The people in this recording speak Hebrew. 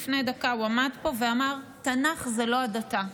לפני דקה הוא עמד פה ואמר: תנ"ך זה לא הדתה.